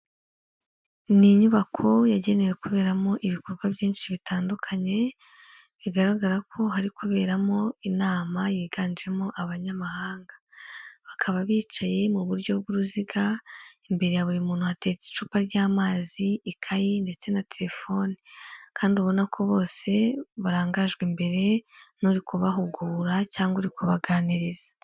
Ni inyubako yagenewe kuberamo ibikorwa byinshi bitandukanye, bigaragara ko hari kuberamo inama yiganjemo abanyamahanga, bakaba bicaye mu buryo bw'uruziga, imbere ya buri muntu hateretse icupa ry'amazi, ikayi ndetse na telefone kandi ubona ko bose barangajwe imbere n'uri kubahugura cyangwa uri kubaganiriza.